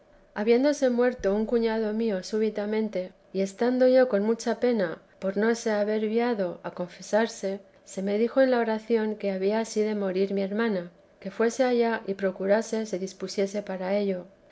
habiéndose muerto un cuñado mío súbitamente y estando yo con mucha pena por no haber tenido lugar de confesarse se me dijo en la oración que había ansí de morir mi hermana que fuese allá y procurase se dispusiese para ello